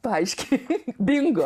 paaiškink bingo